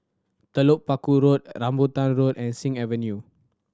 Telok Paku Road Rambutan Road and Sing Avenue